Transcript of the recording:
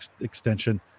extension